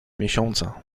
miesiąca